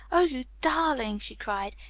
oh, you darling! she cried.